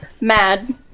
mad